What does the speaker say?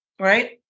Right